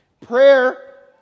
Prayer